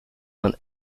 man